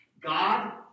God